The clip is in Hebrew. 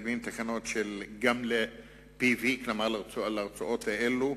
גם ל-PV, כלומר לרצועות האלה,